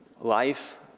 life